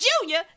Junior